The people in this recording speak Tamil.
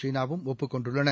சீனாவும் ஒப்புக் கொண்டுள்ளன